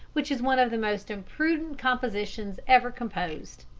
which is one of the most impudent compositions ever composed.